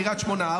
קריית שמונה,